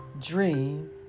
Dream